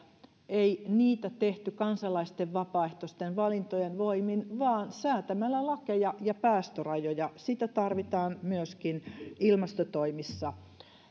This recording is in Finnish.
tehty kansalaisten vapaaehtoisten valintojen voimin vaan säätämällä lakeja ja päästörajoja sitä tarvitaan myöskin ilmastotoimissa sitran